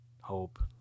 hope